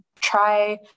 try